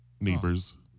neighbors